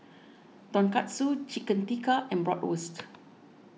Tonkatsu Chicken Tikka and Bratwurst